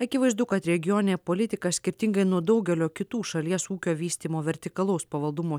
akivaizdu kad regioninė politika skirtingai nuo daugelio kitų šalies ūkio vystymo vertikalaus pavaldumo